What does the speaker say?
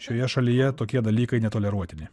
šioje šalyje tokie dalykai netoleruotini